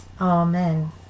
Amen